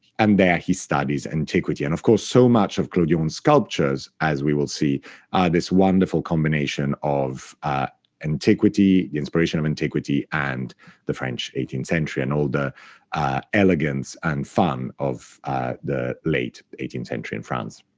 and there he studies antiquity. and, of course, so much of clodion's sculptures, as we will see, are this wonderful combination of antiquity, the inspiration of antiquity, and the french eighteenth century and all the elegance and fun of the late eighteenth century in france.